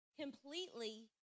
completely